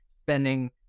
spending